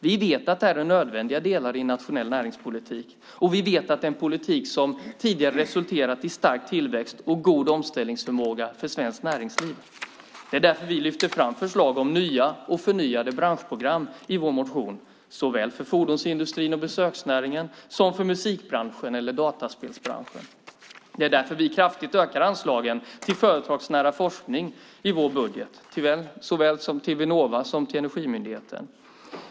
Vi vet att det här är nödvändiga delar i en nationell näringspolitik, och vi vet att det är en politik som tidigare resulterat i stark tillväxt och god omställningsförmåga för svenskt näringsliv. Det är därför vi lyfter fram förslag om nya och förnyade branschprogram i vår motion, såväl för fordonsindustrin och besöksnäringen som för musikbranschen och dataspelsbranschen. Det är därför vi kraftigt ökar anslagen till företagsnära forskning i vår budget, såväl till Vinnova som till Energimyndigheten.